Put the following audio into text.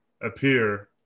appear